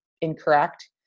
incorrect